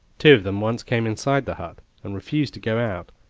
two of them once came inside the hut and refused to go out,